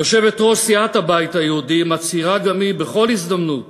יושבת-ראש סיעת הבית היהודי מצהירה גם היא בכל הזדמנות